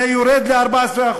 זה יורד ל-14%.